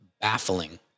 baffling